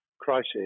crisis